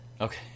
Okay